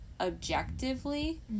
objectively